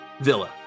Villa